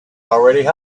already